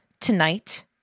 Tonight